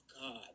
God